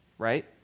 right